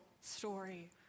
story